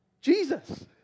Jesus